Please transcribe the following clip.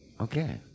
Okay